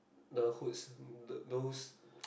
the hooks those